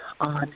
on